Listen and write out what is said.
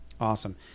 Awesome